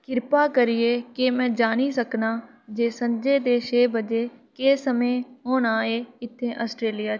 किरपा करियै केह् में जानी सकनां जे संझे दे छे बजे केह् समें होना ऐ इत्थै आस्ट्रेलिया च